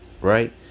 Right